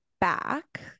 back